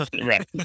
Right